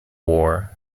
war